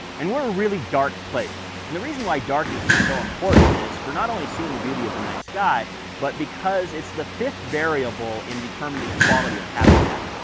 and we're a really dark place and the reason why darkness is so important is for not only seeing the beauty of the night sky but because it's the fifth variable in determining the quality of habitat.